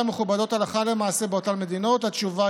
מוסדות רבים שהם חשובים לתפקודה,